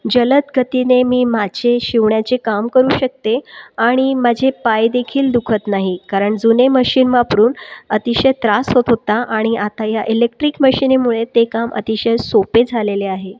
जलदगतीने मी माझे शिवण्याचे काम करू शकते आणि माझे पाय देखील दुखत नाही कारण जुने मशीन वापरून अतिशय त्रास होत होता आणि आता या इलेक्ट्रिक मशीनमुळे ते काम अतिशय सोपे झालेले आहे